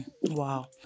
Wow